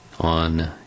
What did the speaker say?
on